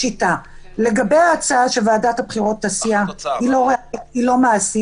לגבי ההצעה שוועדת הבחירות תסיע, היא לא מעשית.